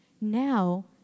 Now